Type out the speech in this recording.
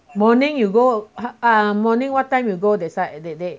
morning you go morning what time go that side that day